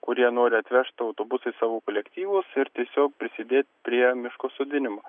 kurie nori atvežt autobusais savo kolektyvus ir tiesiog prisidėt prie miško sodinimo